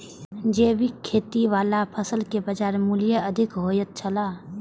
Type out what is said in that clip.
जैविक खेती वाला फसल के बाजार मूल्य अधिक होयत छला